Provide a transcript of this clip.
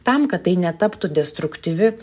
tam kad tai netaptų destruktyvi